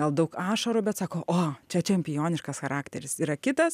gal daug ašarų bet sako o čia čempioniškas charakteris yra kitas